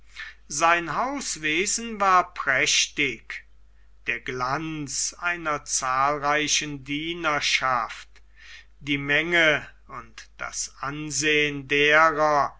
sein hauswesen war prächtig der glanz einer zahlreichen dienerschaft die menge und das ansehen derer